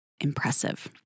impressive